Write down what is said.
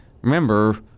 remember